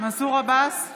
מנסור עבאס,